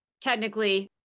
technically